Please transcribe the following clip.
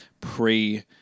pre